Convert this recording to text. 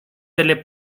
delle